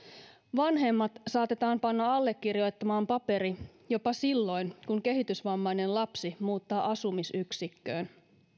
vanhemmat saatetaan panna allekirjoittamaan paperi jopa silloin kun kehitysvammainen lapsi muuttaa asumisyksikköön